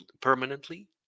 permanently